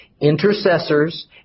Intercessors